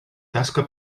tasca